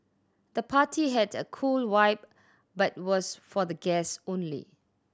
the party had a cool vibe but was for the guess only